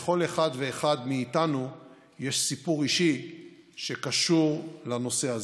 ולכל אחד ואחד מאיתנו יש סיפור אישי שקשור בנושא הזה.